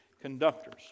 conductors